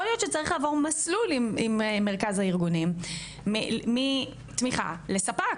יכול להיות שצריך לעבור מסלול עם מרכז הארגונים מתמיכה לספק,